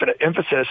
emphasis